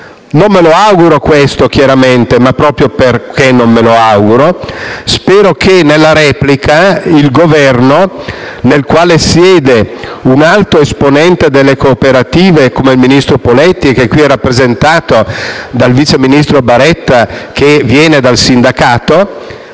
non mi auguro ciò ma, proprio perché non me lo auguro, spero che, nella replica, il Governo, nel quale siede un alto esponente delle cooperative, come il ministro Poletti - rappresentato qui dal vice ministro Baretta, che viene dal sindacato